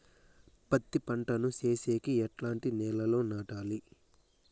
పత్తి పంట ను సేసేకి ఎట్లాంటి నేలలో నాటాలి?